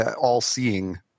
all-seeing